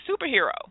superhero